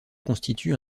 constitue